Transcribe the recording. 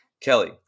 Kelly